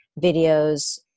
videos